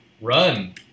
Run